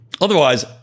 otherwise